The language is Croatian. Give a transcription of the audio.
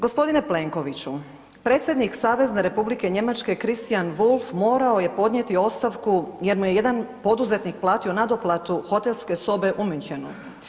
G. Plenkoviću, predsjednik Savezne Republike Njemačke Christian Wulff morao je podnijeti ostavku jer mu je jedan poduzetnik platio nadoplatu hotelske sobe u Münchenu.